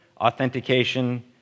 authentication